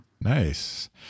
Nice